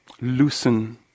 loosen